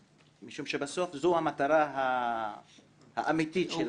משום שבסוף זו המטרה האמיתית של החוק.